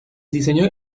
diseño